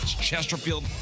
Chesterfield